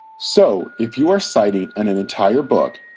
so, if you are citing and an entire book,